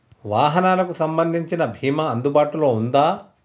వాహనాలకు సంబంధించిన బీమా అందుబాటులో ఉందా?